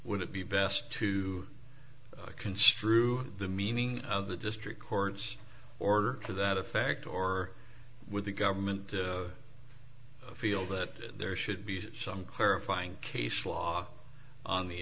would it be best to construe the meaning of the district court's order to that effect or would the government feel that there should be some clarifying case law on the